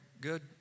good